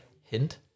Hint